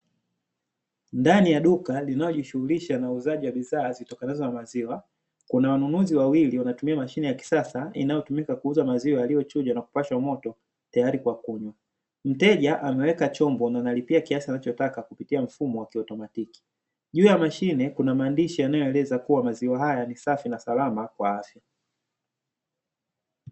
Ndani ya duka linalojishughulisha na uuzaji wa bidhaa zilizotengenezwa na maziwa, kuna wanunuzi wawili wanatumia mashine ya kisasa inayotumika kuuza maziwa yaliyochujwa na kupashwa moto tayari kwa kunywa, mteja ameweka chombo na analipia kiasi anachotaka kupitia mfumo wa kiautomatiki, juu ya mashine kuna maandishi yanayoeleza kuwa maziwa haya ni safi na salama kwa afya.